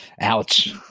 ouch